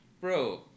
Bro